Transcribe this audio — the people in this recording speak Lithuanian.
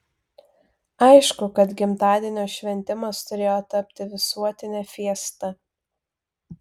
aišku kad gimtadienio šventimas turėjo tapti visuotine fiesta